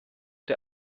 der